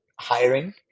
hiring